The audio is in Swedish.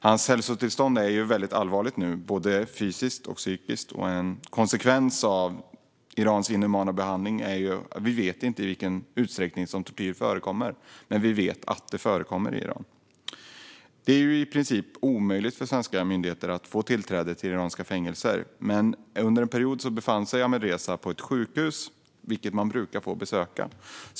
Hans hälsotillstånd är nu väldigt allvarligt både fysiskt och psykiskt och en konsekvens av Irans inhumana behandling, där vi inte vet i vilken utsträckning tortyr förekommer. Vi vet bara att det förekommer. Det är i princip omöjligt för svenska myndigheter att få tillträde till iranska fängelser. Men under en period befann sig Ahmadreza på sjukhus, vilka man brukar få besöka.